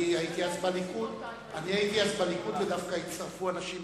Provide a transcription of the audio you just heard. אני הייתי אז בליכוד ודווקא הצטרפו אנשים